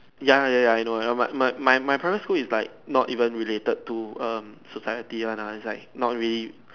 ya ya ya I know I know my my my my parents school is like not even related to um society one lah is like not really